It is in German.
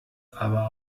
aber